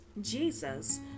Jesus